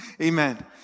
Amen